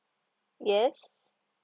yes